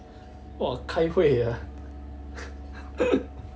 !wah! 开会 ah